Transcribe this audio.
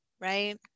right